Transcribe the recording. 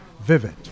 vivid